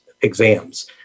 exams